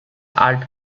alt